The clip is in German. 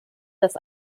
das